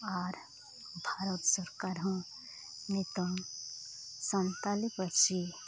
ᱟᱨ ᱵᱷᱟᱨᱚᱛ ᱥᱚᱨᱠᱟᱨᱦᱚᱸ ᱱᱤᱛᱳᱜ ᱥᱟᱱᱛᱟᱞᱤ ᱯᱟᱹᱨᱥᱤ